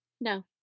No